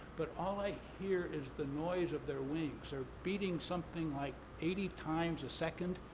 but all i hear is the noise of their wings. they're beating something like eighty times a second,